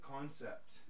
Concept